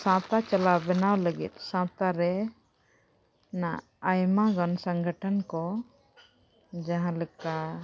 ᱥᱟᱶᱛᱟ ᱪᱟᱞᱟᱣ ᱵᱮᱱᱟᱣ ᱞᱟᱹᱜᱤᱫ ᱥᱟᱶᱛᱟ ᱨᱮᱱᱟᱜ ᱟᱭᱢᱟ ᱜᱟᱱ ᱥᱚᱝᱜᱚᱴᱷᱚᱱ ᱠᱚ ᱡᱟᱦᱟᱸ ᱞᱮᱠᱟ